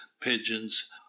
pigeons